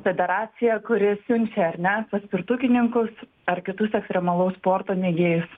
federacija kuri siunčia ar ne paskirtukininkus ar kitus ekstremalaus sporto mėgėjus